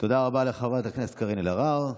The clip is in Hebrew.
תודה רבה לחברת הכנסת קארין אלהרר.